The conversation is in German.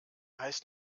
heißt